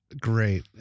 Great